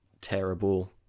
terrible